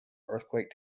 earthquake